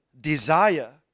desire